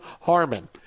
Harmon